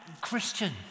Christian